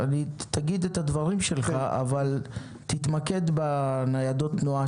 תגיד את דבריך אבל תתמקד בניידות התנועה